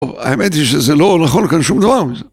האמת היא שזה לא נכון כאן שום דבר מזה.